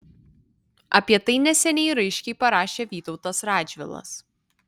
apie tai neseniai raiškiai parašė vytautas radžvilas